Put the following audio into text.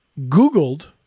Googled